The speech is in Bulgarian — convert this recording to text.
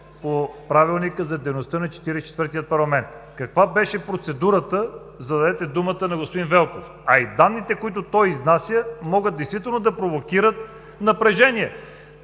към Правилника за дейността на Четиридесет и четвъртия парламент. Каква беше процедурата, за да дадете думата на господин Велков? А и данните, които той изнася, могат действително да провокират напрежение.